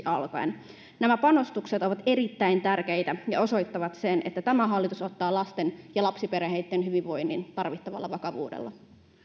alkaen nämä panostukset ovat erittäin tärkeitä ja osoittavat sen että tämä hallitus ottaa lasten ja lapsiperheitten hyvinvoinnin tarvittavalla vakavuudella